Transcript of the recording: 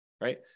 right